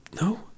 no